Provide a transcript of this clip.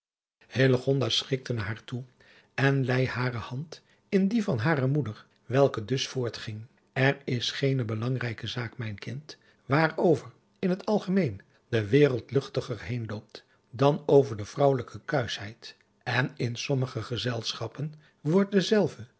schikte naar haar toe en leî hare hand in die van hare moeder welke dus voortging er is geene belangrijke zaak mijn kind waarover in het algemeen de wereld luchtiger heenloopt dan over de vrouwelijke kuischheid en in sommige gezelschappen wordt dezelve